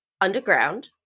underground